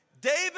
David